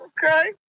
Okay